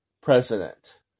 president